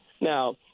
Now